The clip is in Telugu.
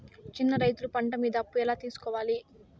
చిన్న రైతులు పంట మీద అప్పు ఎలా తీసుకోవాలి?